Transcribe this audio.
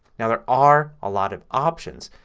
now there are a lot of options.